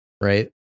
Right